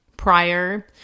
Prior